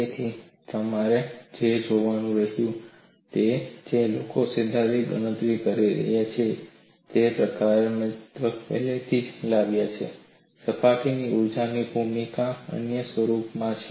તેથી તમારે જે જોવાનું રહેશે તે છે જે લોકો સૈદ્ધાંતિક ગણતરી કરી રહ્યા છે તે પહેલાથી જ લાવ્યા છે સપાટીના ઊર્જાની ભૂમિકા અન્ય સ્વરૂપમાં છે